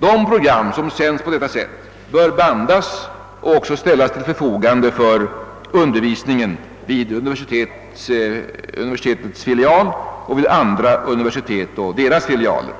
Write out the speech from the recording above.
De program som sänds på detta sätt bör bandas och också ställas till förfogande för undervisningen vid universitetets filial och vid andra universitet med filialer.